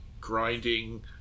grinding